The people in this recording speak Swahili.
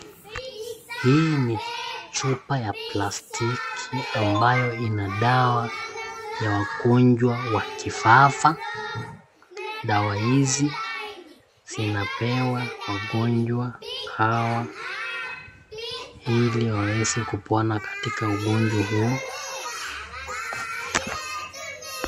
Hii ni chupa ya plastiki ambayo ina dawa ya wagonjwa wa kifafa, dawa hizi zinapewa wagonjwa hawa ili waweze kupona katika ugonjwa huo.